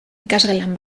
ikasgelan